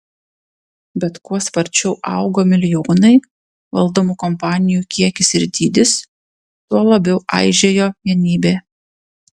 bet kuo sparčiau augo milijonai valdomų kompanijų kiekis ir dydis tuo labiau aižėjo vienybė